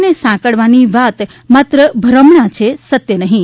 ને સાંકળવાની વાત માત્ર ભ્રમણા છે સત્ય નહીં